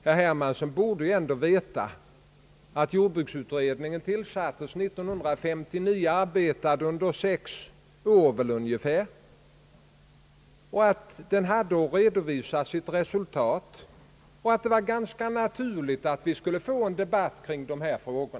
Herr Hermansson borde ändå veta att jordbruksutredningen tillsattes 1959, arbetade under ungefär sex år och hade att redovisa sitt resultat. Det var alltså ganska naturligt att vi skulle få en debatt kring dessa frågor.